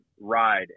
ride